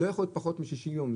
זה לא יכול להיות פחות מ-60 יום,